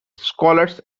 scholars